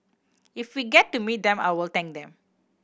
if we get to meet them I will thank them